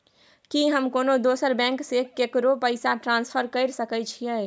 की हम कोनो दोसर बैंक से केकरो पैसा ट्रांसफर कैर सकय छियै?